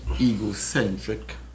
egocentric